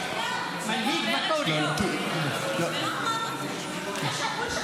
אני קורא אותך בקריאה שנייה.